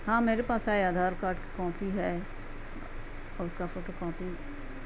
ہاں میرے پاس آئے آدھار کارڈ کی کاپی ہے اور اس کا فوٹو کاپی